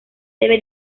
debe